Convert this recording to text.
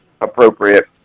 appropriate